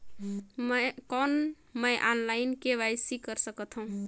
कौन मैं online KYC कर सकथव?